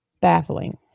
baffling